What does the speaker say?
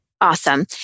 Awesome